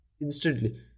...instantly